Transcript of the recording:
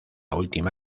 última